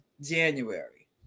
january